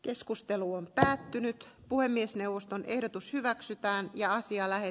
keskustelu on päättynyt puhemiesneuvoston ehdotus hyväksytään ja asialla ei